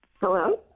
hello